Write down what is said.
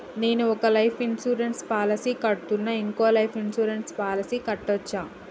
నేను ఒక life insurance policy కడ్తున్నా, ఇంకో లైఫ్ ఇన్సూరెన్స్ పాలసీ కట్టొచ్చా?